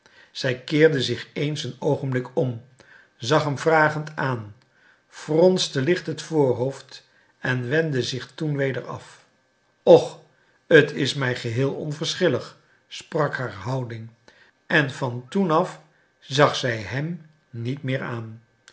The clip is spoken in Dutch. zij keerde zich eens een oogenblik om zag hem vragend aan fronste licht het voorhoofd en wendde zich toen weder af och het is mij geheel onverschillig sprak haar houding en van toen af zag zij hem niet meer aan